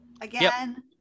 Again